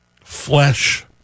Flesh